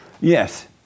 Yes